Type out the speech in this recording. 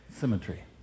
Symmetry